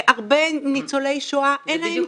הרבה ניצולי שואה, אין להם